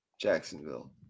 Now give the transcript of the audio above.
Jacksonville